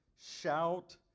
shout